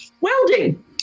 welding